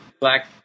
Black